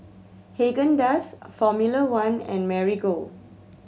Haagen Dazs Formula One and Marigold